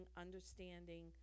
understanding